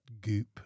goop